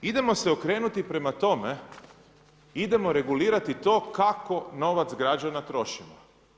Idemo se okrenuti prema tome, idemo regulirati to kako novac građana trošimo.